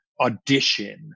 audition